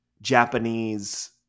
Japanese